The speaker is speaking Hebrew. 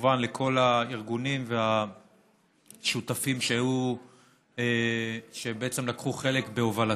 וכמובן את כל הארגונים והשותפים שלקחו חלק בהובלתו.